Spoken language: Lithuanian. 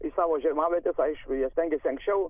į savo žiemavietes aišku jie stengiasi anksčiau